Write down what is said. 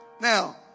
Now